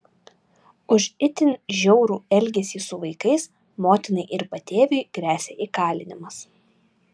už itin žiaurų elgesį su vaikais motinai ir patėviui gresia įkalinimas